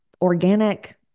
organic